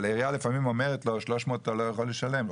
אבל לפעמים העירייה אומרת לו 300 אתה לא יכול לשלם,